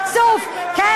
חצוף, את באה ללמד אותנו?